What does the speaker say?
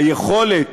היכולת